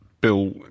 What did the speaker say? Bill